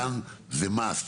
כאן זה מאסט,